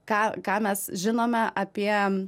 ką ką mes žinome apie